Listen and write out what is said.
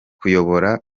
kuyobora